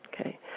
okay